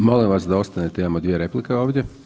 Molim vas da ostanete, imamo dvije replike ovdje.